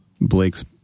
Blake's